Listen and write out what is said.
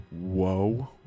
whoa